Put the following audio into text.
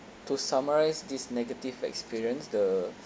to summarize this negative experience the